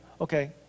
Okay